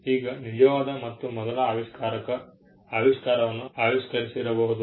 ಈಗ ನಿಜವಾದ ಮತ್ತು ಮೊದಲ ಆವಿಷ್ಕಾರಕ ಆವಿಷ್ಕಾರವನ್ನು ಆವಿಷ್ಕರಿಸಿರಬಹುದು